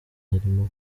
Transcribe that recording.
harimo